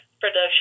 production